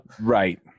Right